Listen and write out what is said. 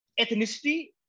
ethnicity